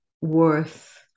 worth